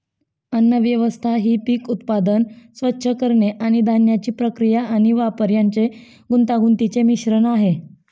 अन्नव्यवस्था ही पीक उत्पादन, स्वच्छ करणे आणि धान्याची प्रक्रिया आणि वापर यांचे गुंतागुंतीचे मिश्रण आहे